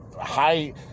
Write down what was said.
high